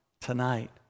tonight